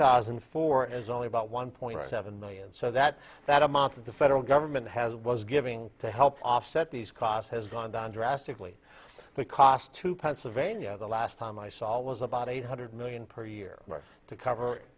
thousand and four as only about one point seven million so that that amount that the federal government has was giving to help offset these costs has gone down drastically the cost to pennsylvania the last time i saw was about eight hundred million per year to cover